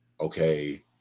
okay